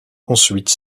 ensuite